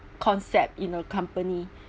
concept in a company